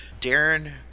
Darren